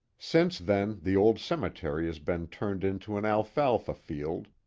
since then the old cemetery has been turned into an alfalfa field,